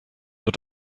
wird